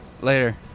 Later